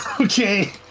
Okay